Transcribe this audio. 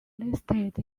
listed